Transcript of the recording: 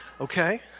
Okay